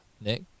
Nick